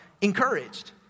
Encouraged